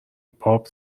پاپ